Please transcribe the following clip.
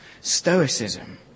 stoicism